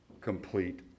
complete